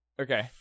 okay